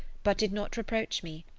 but did not reproach me.